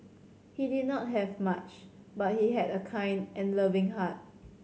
he did not have much but he had a kind and loving heart